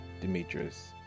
Demetrius